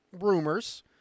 rumors